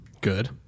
Good